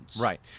right